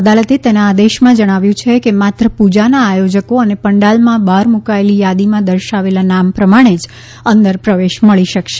અદાલતે તેના આદેશમાં જણાવ્યું છે કે માત્ર પૂજાના આયોજકો અને પંડાલમાં બહાર મૂકાયેલી યાદીમાં દર્શાવેલા નામ પ્રમાણે જ અંદર પ્રવેશ મળી શકશે